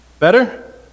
better